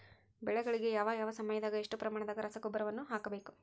ಬೆಳೆಗಳಿಗೆ ಯಾವ ಯಾವ ಸಮಯದಾಗ ಎಷ್ಟು ಪ್ರಮಾಣದ ರಸಗೊಬ್ಬರವನ್ನು ಹಾಕಬೇಕು?